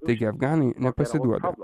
taigi afganai nepasiduoda